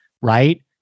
right